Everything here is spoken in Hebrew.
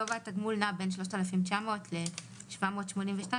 גובה התגמול נע בין 3,900 שקל ל-782 שקל.